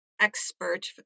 expert